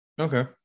Okay